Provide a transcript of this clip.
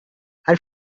her